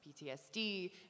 PTSD